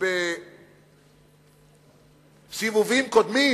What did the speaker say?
שבסיבובים קודמים